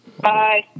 Bye